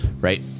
Right